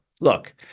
Look